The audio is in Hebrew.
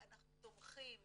אנחנו תומכים